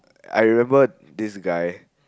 I remember this guy